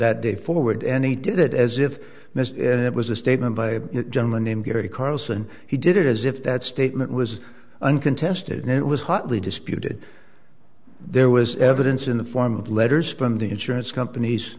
that day forward and he did it as if it was a statement by a gentleman named gary carlson he did it as if that statement was uncontested it was hotly disputed there was evidence in the form of letters from the insurance companies